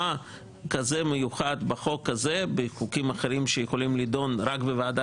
מה כזה מיוחד בחוק הזה מחוקים אחרים שיכולים להידון רק בוועדה